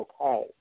okay